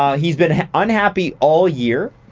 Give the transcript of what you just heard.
um he's been unhappy all year.